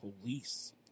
police